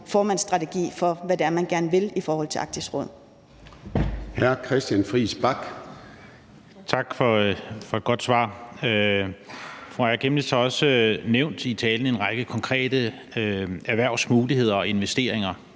formandsstrategi for, hvad det er, hvad man gerne vil i forhold til Arktisk Råd.